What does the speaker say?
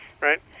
right